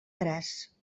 tres